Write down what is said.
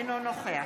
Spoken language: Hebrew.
אינו נוכח